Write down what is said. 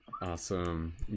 Awesome